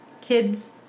kids